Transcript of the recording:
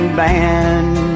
band